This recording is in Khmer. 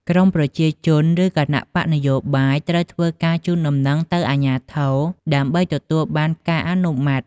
ក្រុមប្រជាជនឬគណបក្សនយោបាយត្រូវធ្វើការជូនដំណឹងទៅអាជ្ញាធរ ដើម្បីទទួលបានការអនុម័ត។